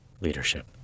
leadership